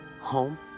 Home